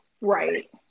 Right